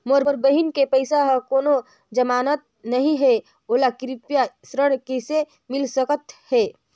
मोर बहिन के पास ह कोनो जमानत नहीं हे, ओला कृषि ऋण किसे मिल सकत हे?